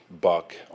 Buck